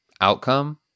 outcome